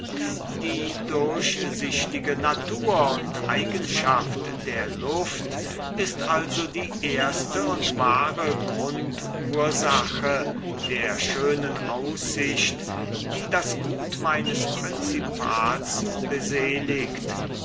die durchsichtige natur und eigenschaft der luft ist also die erste und wahre grundursache der schönen aussicht die das gut meines principals